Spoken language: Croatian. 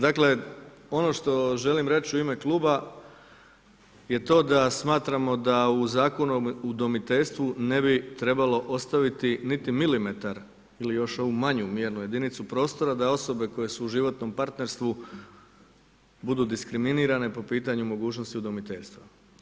Dakle, ono što želim reći u ime Kluba jer to da smatramo da u Zakonu o udomiteljstvu ne bi trebalo ostaviti niti milimetar ili još ovu manju mjernu jedinicu prostora da osobe koje su u životnom partnerstvu budu diskriminirane po pitanju mogućnosti udomiteljstva.